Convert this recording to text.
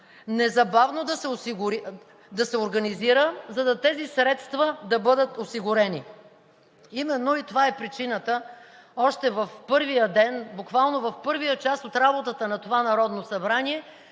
незабавно да се организира, за да бъдат осигурени тези средства. Именно това е причината още в първия ден, буквално в първия час от работата на това Народно събрание,